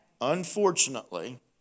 Unfortunately